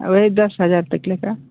वही दस हजार तक ले कर